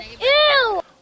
Ew